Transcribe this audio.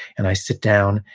and i sit down,